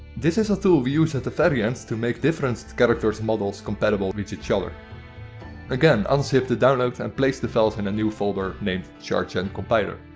this is a tool we use at the very end to make different character models compatible with eachother again, unzip the download and place the files in a new folder named chargencompiler.